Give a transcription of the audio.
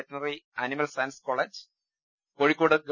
veterinary animal science college Kozhikode ഗവ